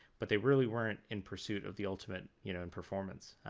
but they really weren't in pursuit of the ultimate you know in performance.